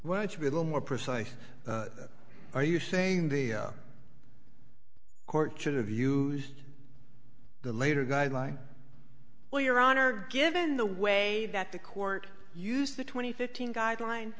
why it should be a little more precise are you saying the court should have used the later guideline well your honor given the way that the court used the twenty fifteen guideline